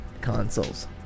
consoles